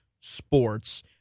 Sports